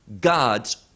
god's